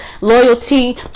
loyalty